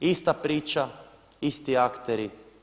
Ista priča, isti akteri.